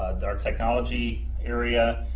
and our technology area,